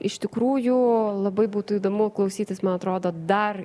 iš tikrųjų labai būtų įdomu klausytis man atrodo dar